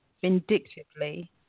vindictively